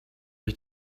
ich